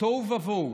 התוהו ובוהו,